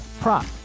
prop